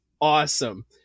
awesome